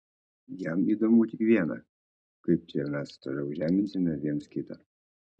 jam įdomu tik viena kaip čia mes toliau žeminsime viens kitą